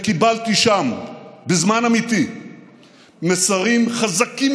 וקיבלתי שם בזמן אמיתי מסרים חזקים